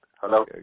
Hello